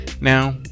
Now